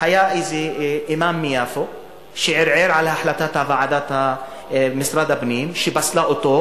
היה איזה אימאם מיפו שערער על החלטת ועדת משרד הפנים שפסלה אותו,